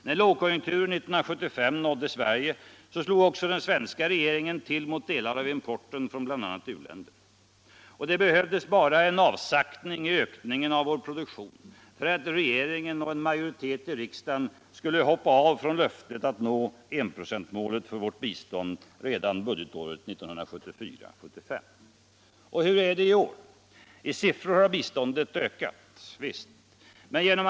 När lågkonjunkturen 1975 nådde Sverige slog också den svenska regeringen till mot delar av importen från bl.a. u-länder. Och det behövdes bara en avsaktning i ökningen av vår produktion för att regeringen och Internationellt utvecklingssamar en majoritet I riksdagen skulle hoppa av från löftet att nå enprocenismålet för vårt bistånd redan budgetåret 1974/75. Och hur är det i år? I siffror har biståndet ökat — visst.